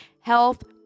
health